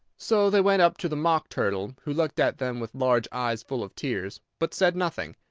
so they went up to the mock turtle, who looked at them with large eyes full of tears, but said nothing.